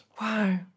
Wow